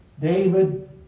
David